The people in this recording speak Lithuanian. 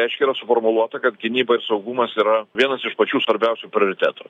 aiškiai yra suformuluota kad gynyba ir saugumas yra vienas iš pačių svarbiausių prioritetų